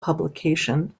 publication